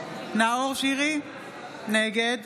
נגד